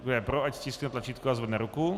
Kdo je pro, ať stiskne tlačítko a zvedne ruku.